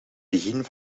begin